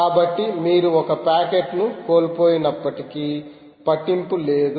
కాబట్టి మీరు ఒక ప్యాకెట్ను కోల్పోయినప్పటికీ పట్టింపు లేదు